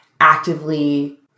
actively